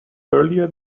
earlier